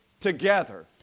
together